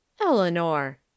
Eleanor